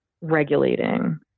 regulating